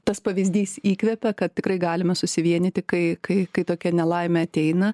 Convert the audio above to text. tas pavyzdys įkvepia kad tikrai galime susivienyti kai kai kai tokia nelaimė ateina